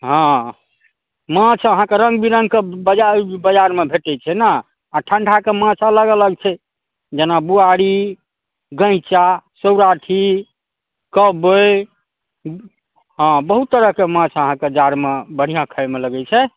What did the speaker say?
हँ माछ अहाँके रङ्ग बिरङ्ग के बजार बजारमे भेटै छै ने आओर ठण्डाके माछ अलग अलग छै जेना बुआरी गैञ्चाा सौराठी कबइ हँ बहुत तरह के माछ अहाँके जाड़मे बढिआँ खाइमे लगै छै